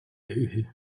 үһү